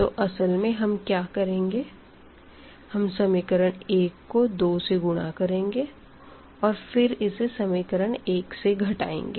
तो असल में हम क्या करेंगे हम इक्वेशन 1 को 2 से गुणा करेंगे और फिर इसे इक्वेशन 1 से घटाएंगे